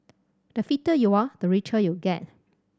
the fitter you are the richer you get